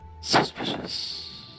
Suspicious